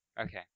Okay